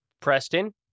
Preston